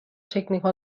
technical